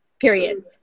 period